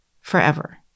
forever